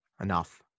enough